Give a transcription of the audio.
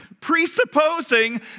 presupposing